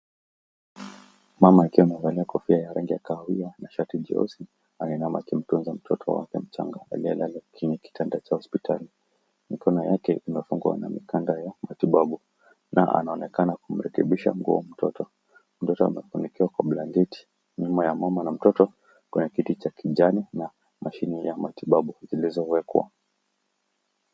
Mama akiwa amevalia kofia ya rangi ya kahawia na shati jeusi, anainama kumtunza mtoto wake mchanga aliyelala kwenye kitanda cha hospitali. Mkono wake umefungwa na mikanda ya matibabu na anaonekana kumrekebishia nguo mtoto. Mtoto amefunikwa kwa blanketi. Nyuma ya mama na mtoto kuna kiti cha kijani na mashine za matibabu zilizowekwa.